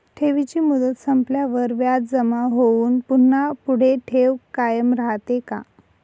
ठेवीची मुदत संपल्यावर व्याज जमा होऊन पुन्हा पुढे ठेव कायम राहते का?